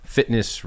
fitness